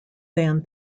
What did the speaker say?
than